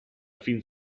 fin